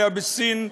היה בסין.